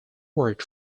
word